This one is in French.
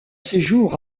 séjour